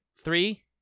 Three